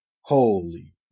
holy